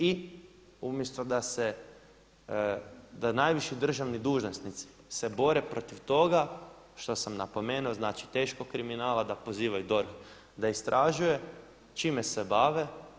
I umjesto da najviši državni dužnosnici se bore protiv toga što sam napomenuo, znači teškog kriminala, da pozivaju DORH da istražuje, čime se bave?